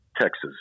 Texas